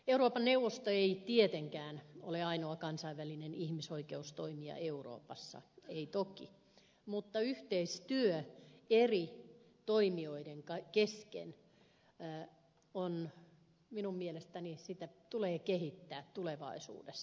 euroopan neuvosto ei tietenkään ole ainoa kansainvälinen ihmisoikeustoimija euroopassa ei toki mutta yhteistyötä eri toimijoiden kesken tulee minun mielestäni kehittää tulevaisuudessa